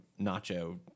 nacho